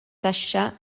taxxa